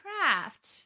Craft